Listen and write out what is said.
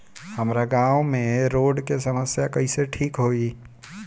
हमारा गाँव मे रोड के समस्या कइसे ठीक होई?